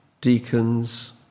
deacons